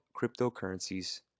cryptocurrencies